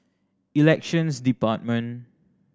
Elections Department